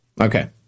Okay